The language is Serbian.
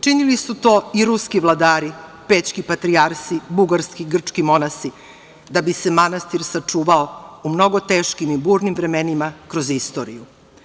Činili su to i ruski vladari, pećki patrijarsi, bugarski i grčki monasi da bi se manastir sačuvao u mnogo teškim i burnim vremenima, kroz istoriju.